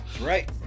Right